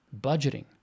budgeting